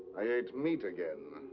i ate meat again.